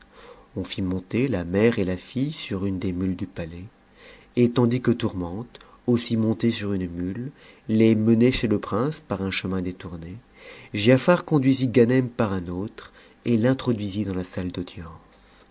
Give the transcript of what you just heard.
on monter la mère et la fille sur des mules du palais et tandis que tourmente aussi montée sur une mule les menait chez le prince par un chemin détourne giafar conduisit ganem par un autre et l'introduisit dans la salle d'audience